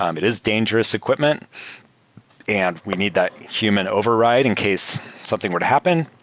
um it is dangerous equipment and we need that human override in case something were to happen.